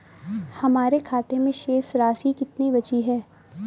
हमारे खाते में शेष राशि कितनी बची है?